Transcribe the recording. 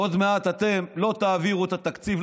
עוד מעט אתם לא תעבירו את התקציב.